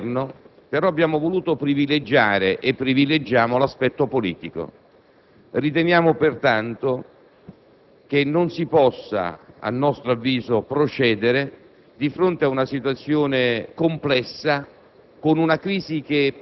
di crisi di Governo, però abbiamo voluto privilegiare e privilegiamo l'aspetto politico. Noi riteniamo che non si possa procedere di fronte ad una situazione complessa,